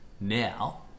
now